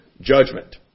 Judgment